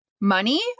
Money